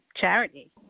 charity